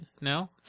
No